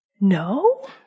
No